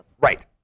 Right